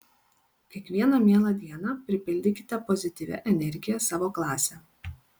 kiekvieną mielą dieną pripildykite pozityvia energija savo klasę